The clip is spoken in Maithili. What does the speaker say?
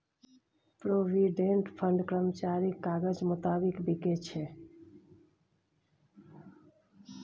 प्रोविडेंट फंड कर्मचारीक काजक मोताबिक बिकै छै